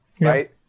right